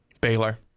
Baylor